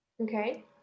okay